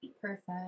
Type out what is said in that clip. Perfect